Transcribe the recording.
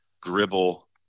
Gribble